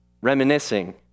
reminiscing